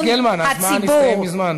חברת הכנסת גרמן, הזמן הסתיים מזמן.